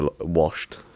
washed